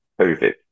COVID